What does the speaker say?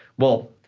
well,